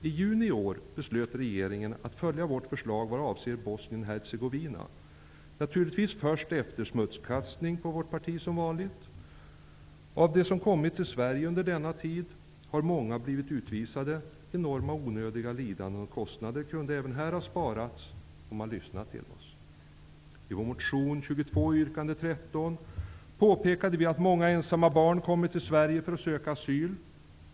I juni i år beslöt regeringen att följa vårt förslag som avser Bosnien-Hercegovina, naturligtvis efter sedvanlig smutskastning av vårt parti. Av dem som kommit till Sverige under denna tid har många blivit utvisade. Enorma, onödiga lidanden och kostnader kunde också här har sparats om man hade lyssnat till oss. I vår motion 22, yrkande 13, påpekade vi att många ensamma barn kommer till Sverige för att söka asyl.